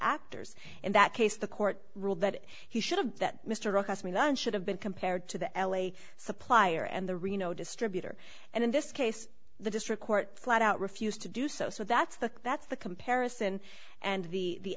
actors in that case the court ruled that he should have that mr oxman then should have been compared to the l a supplier and the reno distributor and in this case the district court flat out refused to do so so that's the that's the comparison and the